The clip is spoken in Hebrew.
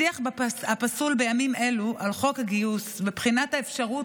השיח הפסול בימים אלו על חוק הגיוס מבחינת האפשרות